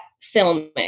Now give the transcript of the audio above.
filming